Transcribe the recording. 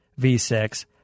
V6